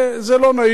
אבל זה לא נורא.